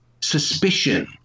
suspicion